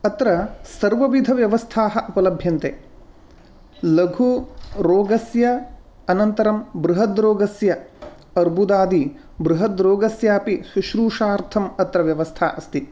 तत्र सर्वविधव्यवस्थाः उपलभ्यन्ते लघुरोगस्य अनन्तरं बृहद्रोगस्य अर्बुदादि बृहद्रोगस्यपि शुश्रूषार्थम् अत्र व्यवस्था अस्ति